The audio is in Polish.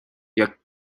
jak